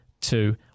two